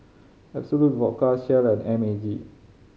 Absolut Vodka Shell and M A G